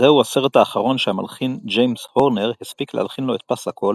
זהו הסרט האחרון שהמלחין ג'יימס הורנר הספיק להלחין לו את הפסקול,